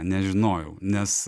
nežinojau nes